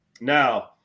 Now